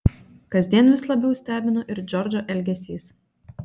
kasdien vis labiau stebino ir džordžo elgesys